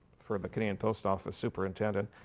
for the canadian post office superintendent.